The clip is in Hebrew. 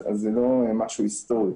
אז זה לא משהו היסטורי.